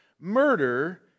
murder